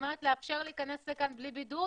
לאפשר להיכנס לכאן בלי בידוד